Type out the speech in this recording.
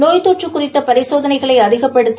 நோய்த் தொற்று குறித்த பரிசோதனைகளை அதிகுப்படுத்தி